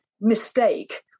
mistake